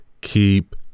keep